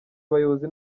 abayobozi